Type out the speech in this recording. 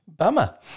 Bummer